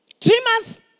Dreamers